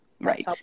right